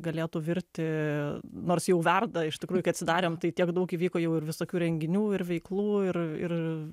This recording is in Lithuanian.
galėtų virti nors jau verda iš tikrųjų kai atsidarėm tai tiek daug įvyko jau ir visokių renginių ir veiklų ir ir